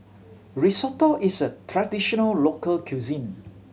risotto is a traditional local cuisine